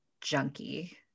junkie